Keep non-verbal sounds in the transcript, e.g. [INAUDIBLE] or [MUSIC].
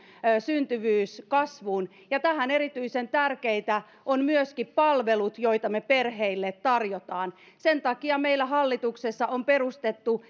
syntyvyys kasvuun ja tässä erityisen tärkeitä ovat myöskin palvelut joita me perheille tarjoamme sen takia meillä hallituksessa on perustettu [UNINTELLIGIBLE]